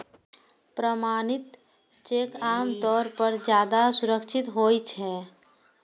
प्रमाणित चेक आम तौर पर ज्यादा सुरक्षित होइ छै